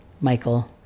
Michael